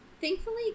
Thankfully